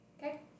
Okay